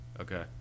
Okay